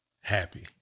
happy